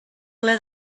ple